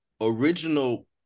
original